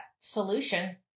solution